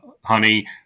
honey